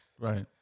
Right